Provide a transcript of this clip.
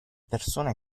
persone